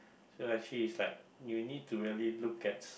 so actually it's like you need to really look at